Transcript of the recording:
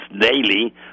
daily